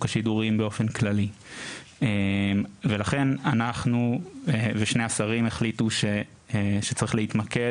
השידורים באופן כללי ולכן אנחנו ושני השרים החליטו שצריך להתמקד